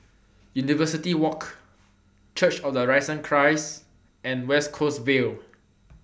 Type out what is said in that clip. University Walk Church of The Risen Christ and West Coast Vale